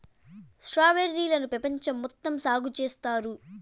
strawberry లను పెపంచం మొత్తం సాగు చేత్తారు